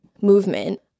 movement